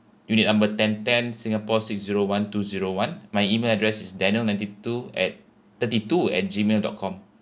unit number ten ten singapore six zero one to zero one my email address is daniel ninety two at thirty two at gmail dot com